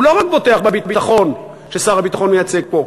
הוא לא רק בוטח בביטחון ששר הביטחון מייצג פה,